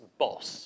boss